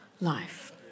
life